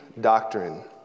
doctrine